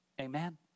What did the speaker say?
amen